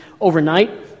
overnight